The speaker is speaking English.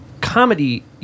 comedy